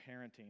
parenting